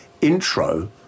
intro